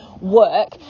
work